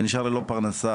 ונשאר ללא פרנסה,